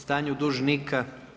Stanju dužnika?